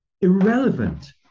irrelevant